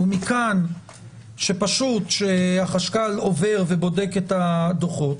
ומכאן שפשוט שהחשכ"ל עובר ובודק את הדוחות.